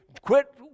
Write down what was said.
quit